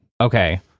Okay